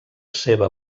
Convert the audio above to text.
seva